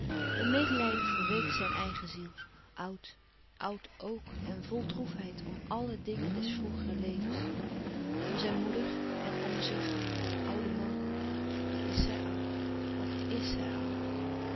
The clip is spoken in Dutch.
een medelijden verweekt zijn eigen ziel oud oud ook en vl droefheid om àlle dingen des vroegeren levens om zijn moeder en om zich ouden man wat is zij oud wat is zij oud